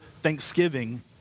Thanksgiving